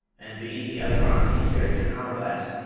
and beneath the other arm he carried an hourglass.